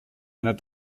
einer